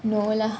no lah